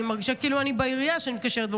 אני מרגישה שאני כאילו מתקשרת לעירייה,